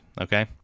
okay